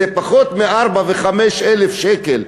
זה פחות מ-4,000 ו-5,000 שקל.